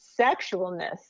sexualness